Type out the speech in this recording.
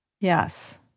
Yes